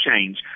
change